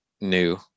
new